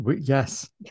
Yes